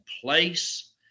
place